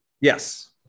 Yes